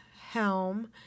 helm